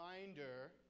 reminder